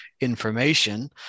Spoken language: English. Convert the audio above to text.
information